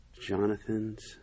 Jonathan's